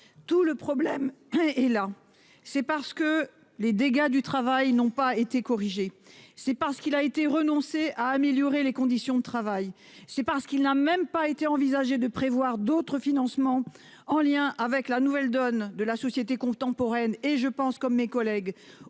Tout le problème est là : c'est parce que les dégâts du travail n'ont pas été corrigés, parce que l'on a renoncé à améliorer les conditions de travail et parce qu'il n'a même pas été envisagé de prévoir des sources de financement en lien avec la nouvelle donne de la société contemporaine- je pense notamment, comme mes collègues,